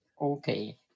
okay